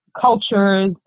cultures